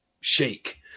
shake